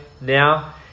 now